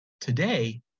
Today